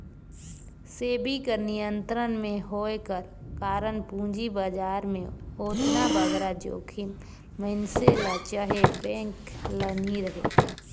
सेबी कर नियंत्रन में होए कर कारन पूंजी बजार में ओतना बगरा जोखिम मइनसे ल चहे बेंक ल नी रहें